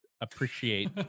appreciate